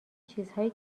چیزهایی